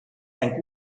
ein